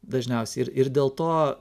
dažniausiai ir ir dėl to